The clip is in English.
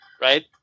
right